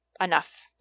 enough